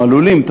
או עלולים,